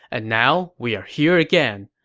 and now we are here again.